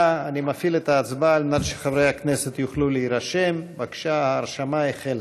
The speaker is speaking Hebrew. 4 עאידה תומא סלימאן (הרשימה המשותפת):